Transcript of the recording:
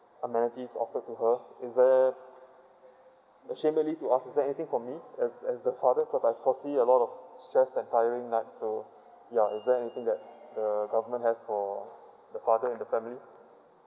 amenities offered to her is there shamelessly to ask is there anything for me as as the father cause I foresee a lot of stressed and tiring nights so ya is there anything that the government has for the father and the family